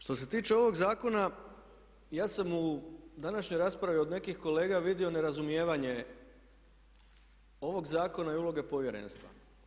Što se tiče ovog zakona, ja sam u današnjoj raspravi od nekih kolega vidio nerazumijevanje ovog zakona i uloge Povjerenstva.